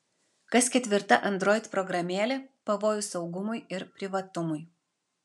kas ketvirta android programėlė pavojus saugumui ir privatumui